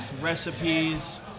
recipes